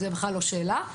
זה בכלל לא שאלה.